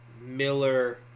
Miller